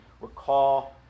recall